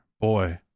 Boy